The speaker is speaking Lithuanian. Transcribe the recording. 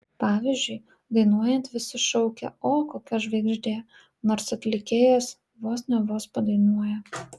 pavyzdžiui dainuojant visi šaukia o kokia žvaigždė nors atlikėjas vos ne vos padainuoja